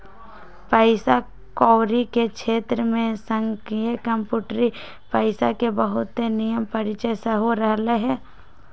पइसा कौरी के क्षेत्र में संगणकीय कंप्यूटरी पइसा के बहुते निम्मन परिचय सेहो रहलइ ह